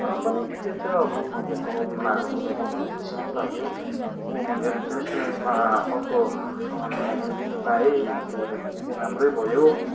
तर पनि ठिकै छ अब मैले चलाउनु पाउँदाखेरि मलाई खुसी नै लाग्यो हो मैले रिप्लेसमेन्टमा अर्को सामान मगाउनु पनि पाएँ त्यसले गर्दा निकै राम्रै भयो